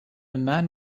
man